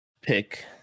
pick